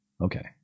okay